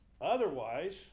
Otherwise